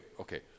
okay